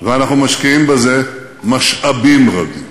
ואנחנו משקיעים בזה משאבים רבים.